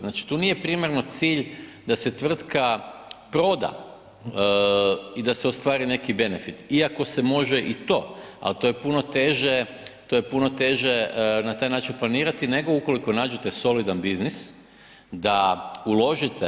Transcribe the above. Znači tu nije primarno cilj da se tvrtka proda i da se ostvari neki benefit iako se može i to, ali to je puno teže na taj način planirati nego ukoliko nađete solidan biznis da uložite.